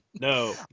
No